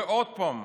ועוד פעם,